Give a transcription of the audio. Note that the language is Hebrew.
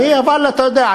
אבל אתה יודע,